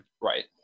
Right